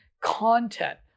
content